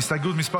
הסתייגות מס'